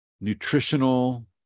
nutritional